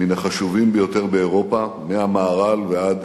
מן החשובים ביותר באירופה, מהמהר"ל ועד